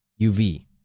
UV